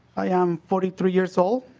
i'm forty three years old.